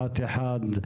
אחת אחת.